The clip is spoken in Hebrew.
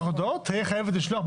תהיה חייבת לשלוח,